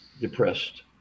depressed